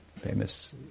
Famous